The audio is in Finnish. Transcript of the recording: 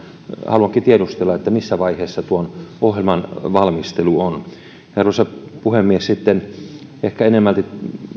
haluankin tiedustella missä vaiheessa tuon ohjelman valmistelu on arvoisa puhemies sitten ehkä enemmälti